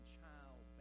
Child